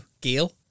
Gail